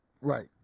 Right